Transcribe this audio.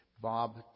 Bob